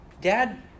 dad